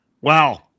Wow